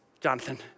Jonathan